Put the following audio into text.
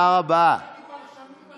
אני לא אמרתי, אז תדייק,